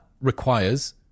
requires